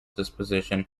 disposition